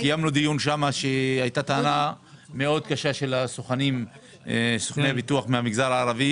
קיימנו דיון מאחר ועלתה טענה מאוד קשה של סוכני הביטוח מהמגזר הערבי